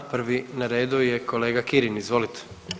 Prvi na redu je kolega Kirin, izvolite.